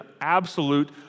absolute